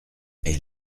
est